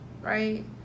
right